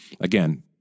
again